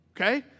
okay